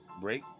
break